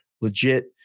legit